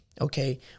Okay